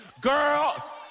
girl